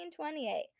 1928